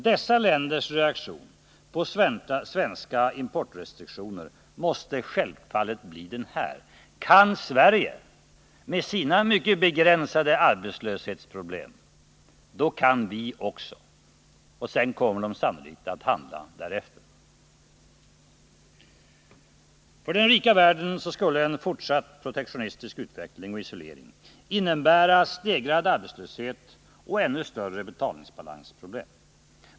Dessa länders reaktion på svenska importrestriktioner måste självfallet bli: Kan Sverige, med sina mycket begränsade arbetslöshetsproblem, kan också vi. Sedan kommer de sannolikt att handla därefter. För den rika världen skulle en fortsatt protektionistisk utveckling och isolering innebära en stegring av arbetslösheten och ännu större betalningsbalansproblem.